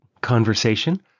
conversation